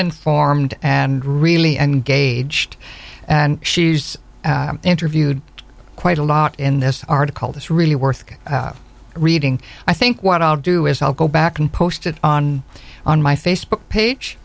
informed and really engaged and she's interviewed quite a lot in this article that's really worth reading i think what i'll do is i'll go back and post it on on my facebook page